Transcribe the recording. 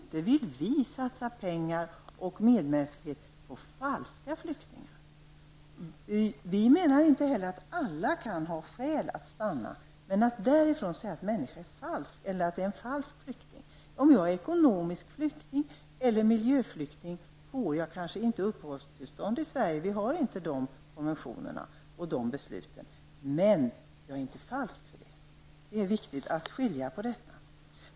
De vill inte satsa pengar och medmänsklighet på falska flyktingar. Vi menar inte heller att alla kan ha skäl att stanna, men de behöver inte vara falska flyktingar. Om man är ekonomisk flykting eller miljöflykting så får man kanske inte uppehållstillstånd i Sverige -- vi har inte sådana konventioner och beslut -- men man är inte falsk. Det är viktigt att skilja på detta.